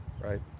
Right